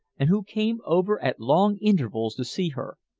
and who came over at long intervals to see her.